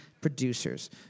producers